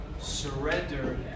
surrender